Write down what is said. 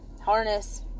harness